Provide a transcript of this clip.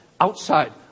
outside